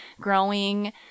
growing